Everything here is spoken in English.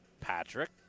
Patrick